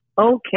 okay